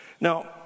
Now